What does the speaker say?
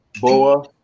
Boa